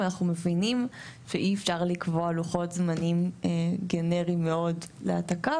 אנחנו מבינים שאי אפשר לקבוע לוחות זמנים גנריים מאוד להעתקה,